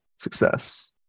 success